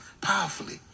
powerfully